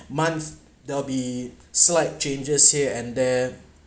month there'll be slight changes here and there